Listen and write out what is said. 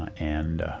and